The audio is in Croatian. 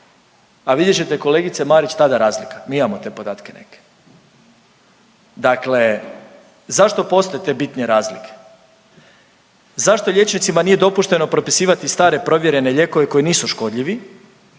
a vidjet ćete, kolegice Marić, tada razlika, mi imamo te podatke neke. Dakle, zašto postoje te bitne razlike? Zašto liječnicima nije dopušteno propisivati stare, provjerene lijekove koji nisu škodljivi,